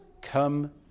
come